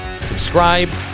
Subscribe